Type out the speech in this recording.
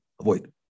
Avoid